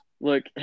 Look